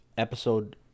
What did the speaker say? episode